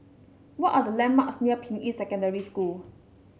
what are the landmarks near Ping Yi Secondary School